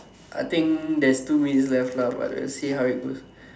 I think there's two minutes left lah but let's see how it goes